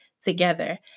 together